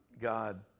God